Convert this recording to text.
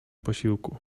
posiłku